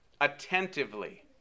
attentively